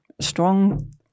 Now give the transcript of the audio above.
strong